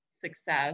success